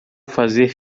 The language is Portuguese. fazer